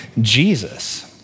Jesus